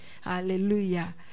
hallelujah